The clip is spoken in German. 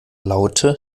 laute